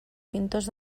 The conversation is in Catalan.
pintors